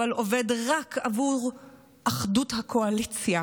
אבל עובד רק עבור אחדות הקואליציה